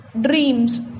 dreams